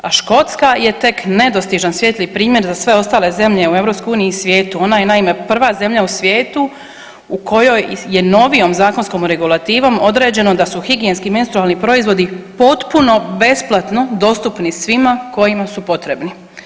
A Škotska je tek nedostižan svijetli primjer za sve ostale zemlje u EU i svijetu, ona je naime prva zemlja u svijetu u kojoj je novijom zakonskom regulativom određeno da su higijenski menstrualni proizvodi potpuno besplatno dostupni svima kojima su potrebni.